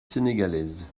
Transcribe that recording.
sénégalaise